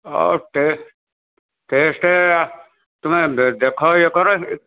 ହଉ test test ତୁମେ ଦେଖ ଇଏ କର